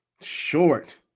Short